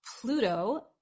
Pluto